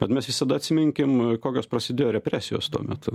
bet mes visada atsiminkim kokios prasidėjo represijos tuo metu